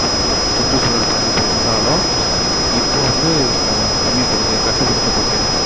இப்போ சுற்று சூழல் பாதிப்பு இருந்தாலும் இப்போ வந்து கம்மி கட்டுப்படுத்த பட்டுருக்கு